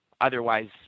otherwise